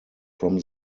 form